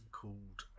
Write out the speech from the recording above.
called